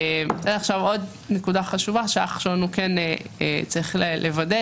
עוד נקודה חשובה שצריך לוודא